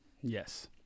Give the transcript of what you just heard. yes